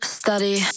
study